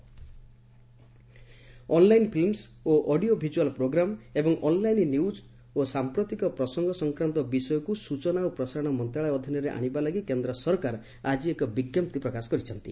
MIB online films ଓ audio visual programme ଏବଂ online news ଓ ସାମ୍ପ୍ରତିକ ପ୍ରସଙ୍ଗ ସଂକ୍ରାନ୍ତ ବିଷୟକୁ ସୂଚନା ଓ ପ୍ରସାରଣ ମନ୍ତ୍ରଣାଳୟ ଅଧୀନରେ ଆଶିବାଲାଗି କେନ୍ଦ୍ର ସରକାର ଆଜି ଏକ ବିଞ୍ଜପ୍ତି ପ୍ରକାଶ କରିଛନ୍ତି